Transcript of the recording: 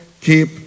Keep